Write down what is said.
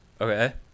Okay